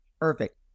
Perfect